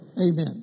Amen